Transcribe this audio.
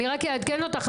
אני רק אעדכן אותך,